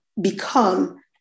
become